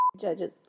judges